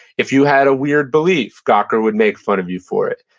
if you had a weird belief, gawker would make fun of you for it.